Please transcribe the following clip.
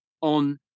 on